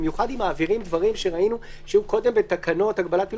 במיוחד אם מעבירים דברים שראינו שהיו קודם בתקנות הגבלת פעילות,